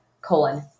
colon